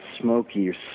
smoky